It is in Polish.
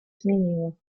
zmieniło